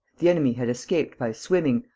the enemy had escaped by swimming,